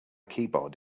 keyboard